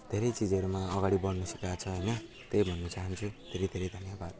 धेरै चिजहरूमा अगाडि बढ्नु सिकाएको छ होइन त्यही भन्न चाहन्छु धेरै धेरै धन्यवाद